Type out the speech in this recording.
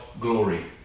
glory